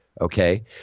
Okay